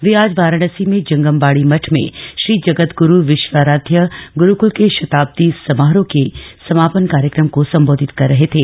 वे आज वाराणसी में जंगम बाड़ी मठ में श्री जगदग्रू विश्वाराध्य ग्रूकुल के शताब्दी समारोह के समापन कार्यक्रम को संबोधित कर रहे थे